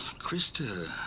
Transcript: Krista